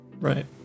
Right